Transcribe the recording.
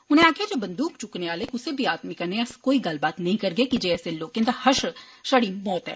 उनें आक्खेआ जे बंदूक चुक्कने आले कुसै बी आदमी कन्नै अस कोई गल्लबात नेई करगे की जे ऐसे लोकें दा हशर छड़ी मौत ऐ